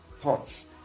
thoughts